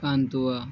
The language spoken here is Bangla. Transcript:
পান্তুয়া